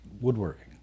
woodworking